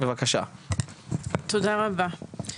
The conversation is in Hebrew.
תודה רבה.